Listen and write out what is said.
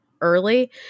early